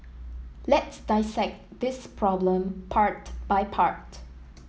let's dissect this problem part by part